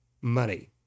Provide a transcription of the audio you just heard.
money